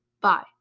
Bye